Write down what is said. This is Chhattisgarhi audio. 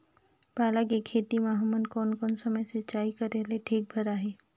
पाला के खेती मां हमन कोन कोन समय सिंचाई करेले ठीक भराही?